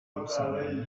ubusambanyi